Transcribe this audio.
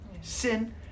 Sin